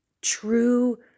true